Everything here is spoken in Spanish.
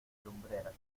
lumbreras